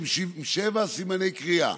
עם שבעה סימני קריאה.